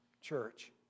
church